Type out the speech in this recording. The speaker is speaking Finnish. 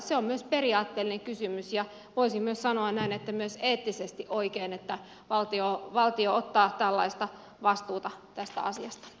se on myös periaatteellinen kysymys ja voisi sanoa näin myös eettisesti oikein että valtio ottaa tällaista vastuuta tästä asiasta